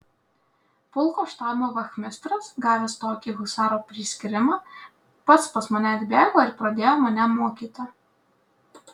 pulko štabo vachmistras gavęs tokį husaro priskyrimą pats pas mane atbėgo ir pradėjo mane mokyti